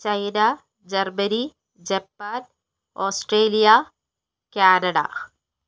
China Germany Japan Australia Canada